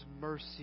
mercy